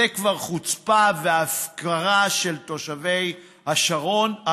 זה כבר חוצפה והפקרה של תושבי הצפון,